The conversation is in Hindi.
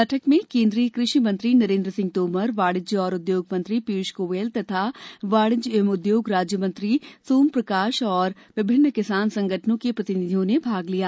बैठक में केंद्रीय कृषि मंत्री नरेंद्र सिंह तोमर वाणिज्य एवं उद्योग मंत्री पीयूष गोयल तथा वाणिज्य एवं उद्योग राज्य मंत्री सोम प्रकाश और विभिन्न किसान संगठनों के प्रतिनिधियों ने भाग लिया